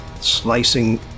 slicing